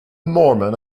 mormon